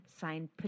signed